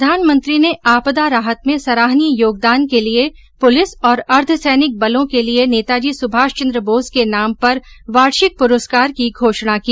प्रधानमंत्री ने आपदा राहत में सराहनीय योगदान के लिए पुलिस और अर्द्वसैनिक बलों के लिए नेताजी सुभाष चन्द्र बोस के नाम पर वार्षिक पुरस्कार की घोषणा की